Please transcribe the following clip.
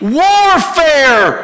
warfare